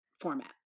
format